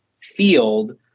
field